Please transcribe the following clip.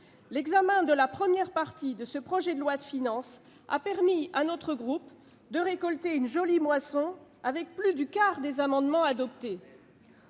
L'examen de la première partie de ce projet de loi de finances a permis à notre groupe de récolter une jolie moisson, avec plus du quart des amendements adoptés.